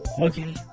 Okay